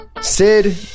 Sid